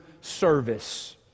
service